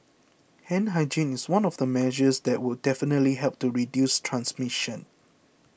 hand hygiene is one of the measures that will definitely help to reduce transmission